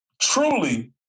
Truly